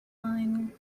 line